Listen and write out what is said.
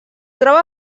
troba